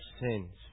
sins